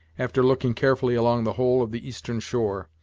after looking carefully along the whole of the eastern shore,